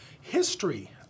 history